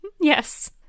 Yes